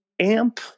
Amp